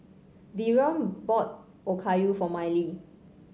Dereon bought Okayu for Miley